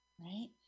right